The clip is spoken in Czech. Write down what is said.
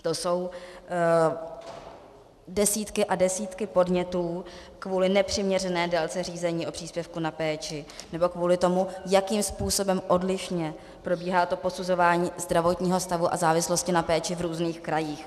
To jsou desítky a desítky podnětů kvůli nepřiměřené délce řízení o příspěvku na péči nebo kvůli tomu, jakým způsobem odlišně probíhá posuzování zdravotního stavu a závislosti na péči v různých krajích.